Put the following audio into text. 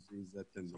הוא כאן.